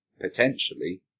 potentially